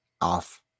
off